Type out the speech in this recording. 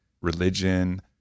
religion